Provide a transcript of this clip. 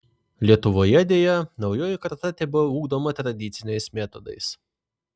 lietuvoje deja naujoji karta tebeugdoma tradiciniais metodais